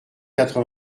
quatre